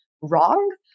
wrong